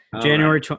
January